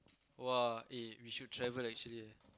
!wah! eh we should travel actually eh